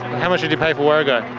how much did you pay for warrego?